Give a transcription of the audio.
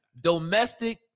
Domestic